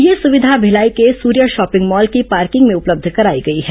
यह सुविधा भिलाई के सूर्या शॉपिंग मॉल की पॉर्किंग में उपलब्ध कराई गई है